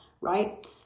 Right